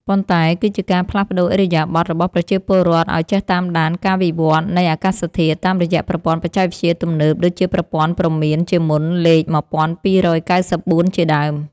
ប៉ុន្តែគឺជាការផ្លាស់ប្តូរឥរិយាបថរបស់ប្រជាពលរដ្ឋឱ្យចេះតាមដានការវិវត្តនៃអាកាសធាតុ តាមរយៈប្រព័ន្ធបច្ចេកវិទ្យាទំនើបដូចជាប្រព័ន្ធព្រមានជាមុនលេខ ១២៩៤ ជាដើម។